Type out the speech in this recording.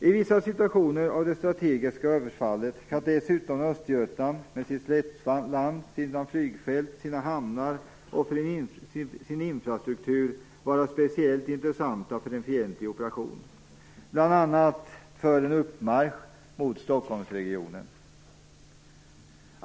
I vissa situationer av ett strategiskt överfall kan dessutom Östergötland med sitt slättland, sina flygfält, hamnar och sin infrastruktur vara speciellt intressant för en fientlig operation, bl.a. för en uppmarsch mot Stockholmsregionen.